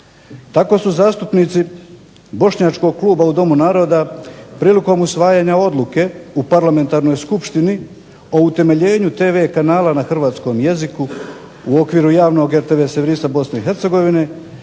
Tako su zastupnici bošnjačkog kluba u Domu naroda prilikom usvajanja odluke u parlamentarnoj skupštini o utemeljenju tv kanala na hrvatskom jeziku u okviru javnog RTV servisa BIH poslužili